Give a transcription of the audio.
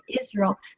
Israel